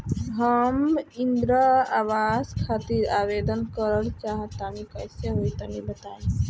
हम इंद्रा आवास खातिर आवेदन करल चाह तनि कइसे होई तनि बताई?